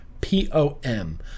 P-O-M